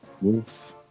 wolf